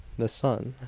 the sun,